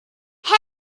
hey